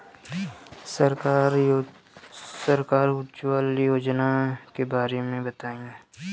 सरकार के उज्जवला योजना के बारे में बताईं?